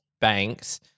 banks